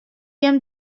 jim